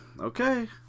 okay